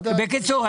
בקיצור,